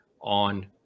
on